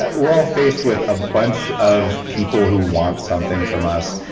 ah we're all faced with a bunch of people who want something from us.